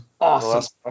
awesome